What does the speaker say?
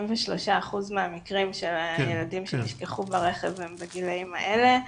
83% מהמקרים של הילדים שנשכחו ברכב הם בגילאים האלה.